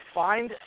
find